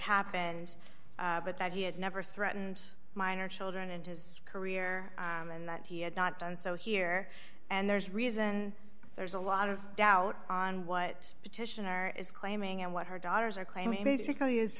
happened but that he had never threatened minor children in his career and that he had not done so here and there's reason there's a lot of doubt on what petitioner is claiming and what her daughters are claiming basically is